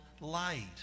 light